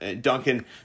Duncan